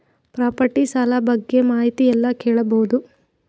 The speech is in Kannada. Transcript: ಪ್ರಾಪರ್ಟಿ ಸಾಲ ಬಗ್ಗೆ ಮಾಹಿತಿ ಎಲ್ಲ ಕೇಳಬಹುದು?